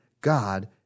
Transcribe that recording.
God